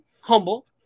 humble